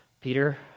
Peter